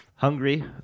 Hungry